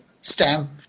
stamp